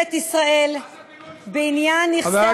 מה זה זה לא מדינת ישראל מפנה, זה פינוי משפטי?